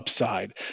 upside